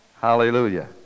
Hallelujah